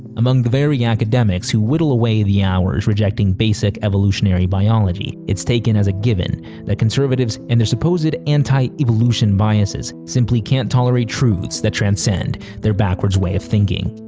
among the very academics who whittle away the hours rejecting basic evolutionary biology, it's taken as a given that conservatives and their supposed anti-evolution biases simply can't tolerate truths that transcend their backwards way of thinking.